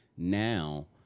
Now